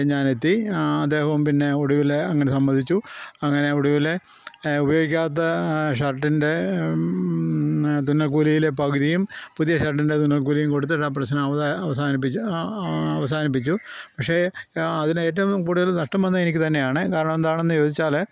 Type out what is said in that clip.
ഞാൻ എത്തി ആ അദ്ദേഹവും പിന്നെ ഒടുവിൽ അങ്ങനെ സമ്മതിച്ചു അങ്ങനെ ഒടുവിൽ ഉപയോഗിക്കാത്ത ഷർട്ടിൻ്റെ തുന്നൽ കൂലിയിൽ പകുതിയും പുതിയ ഷർട്ടിൻ്റെ തുന്നൽ കൂലിയും കൊടുത്തിട്ട് ആ പ്രശ്നം അവിടെ അവസാനിപ്പിച്ചു അവസാനിപ്പിച്ചു പക്ഷെ അതിന് ഏറ്റവും കൂടുതൽ നഷ്ടം വന്നത് എനിക്ക് തന്നെ ആണ് കാരണം എന്താണെന്ന് ചോദിച്ചാൽ